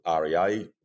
REA